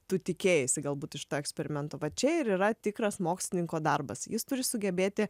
tu tikėjaisi galbūt iš to eksperimento va čia ir yra tikras mokslininko darbas jis turi sugebėti